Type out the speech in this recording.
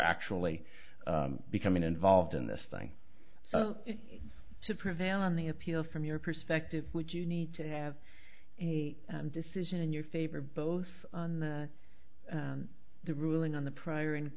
actually becoming involved in this thing to prevail on the appeal from your perspective which you need to have a decision in your favor both on the the ruling on the prior